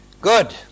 good